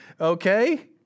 Okay